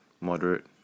moderate